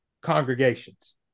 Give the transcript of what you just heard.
congregations